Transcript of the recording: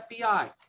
FBI